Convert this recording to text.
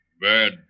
Bad